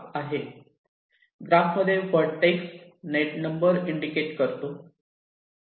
graph मध्ये vertex net number indicate करतो